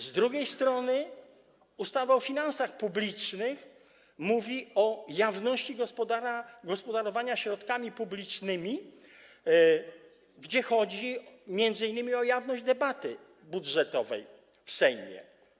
Z drugiej strony ustawa o finansach publicznych mówi o jawności gospodarowania środkami publicznymi, gdzie chodzi m.in. o jawność debaty budżetowej w Sejmie.